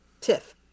tiff